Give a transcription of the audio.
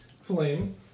flame